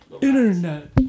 internet